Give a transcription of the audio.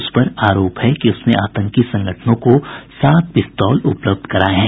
उस पर आरोप है कि उसने आतंकी संगठनों को सात पिस्तौल उपलब्ध कराये हैं